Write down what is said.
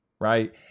right